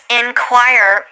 inquire